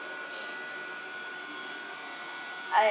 I